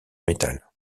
métal